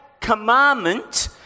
commandment